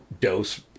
dose